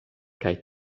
kaj